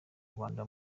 rwanda